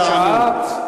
והוראת שעה).